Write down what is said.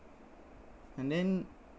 and then